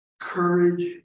courage